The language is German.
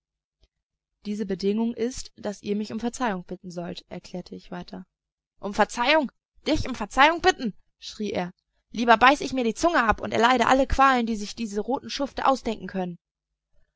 diese bedingung ist daß ihr mich um verzeihung bitten sollt erklärte ich weiter um verzeihung dich um verzeihung bitten schrie er lieber beiße ich mir die zunge ab und erleide alle qualen die sich diese roten schufte ausdenken können